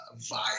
vibe